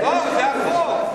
לא, זה החוק.